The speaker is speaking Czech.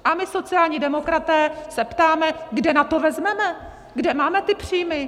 A my sociální demokraté se ptáme, kde na to vezmeme, kde máme ty příjmy.